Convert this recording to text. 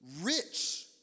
rich